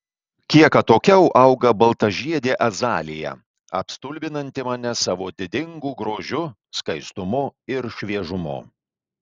kiek atokiau auga baltažiedė azalija apstulbinanti mane savo didingu grožiu skaistumu ir šviežumu